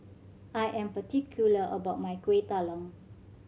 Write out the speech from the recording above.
I am particular about my Kuih Talam